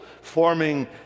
forming